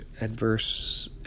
adverse